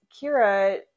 Kira